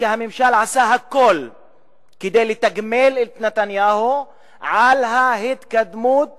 שהממשל עשה הכול כדי לתגמל את נתניהו על ההתקדמות